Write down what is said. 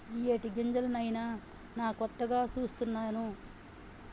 ఇయ్యేటి గింజలు నాయిన నాను కొత్తగా సూస్తున్నాను